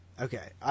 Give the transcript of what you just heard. Okay